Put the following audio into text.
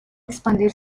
expandir